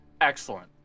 Excellent